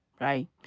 right